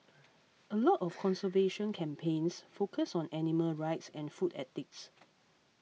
a lot of conservation campaigns focus on animal rights and food ethics